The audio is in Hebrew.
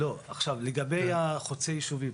לגבי החוצה-יישובי,